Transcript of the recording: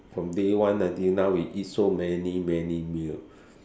from day one until now we eat so many many meal